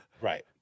right